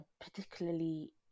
particularly